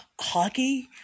hockey